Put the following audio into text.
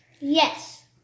Yes